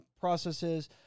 processes